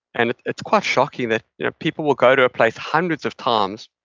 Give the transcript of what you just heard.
and it's quite shocking that yeah people will go to a place hundreds of times,